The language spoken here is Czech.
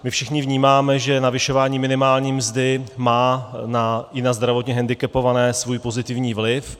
My všichni vnímáme, že navyšování minimální mzdy má i na zdravotně hendikepované svůj pozitivní vliv.